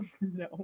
No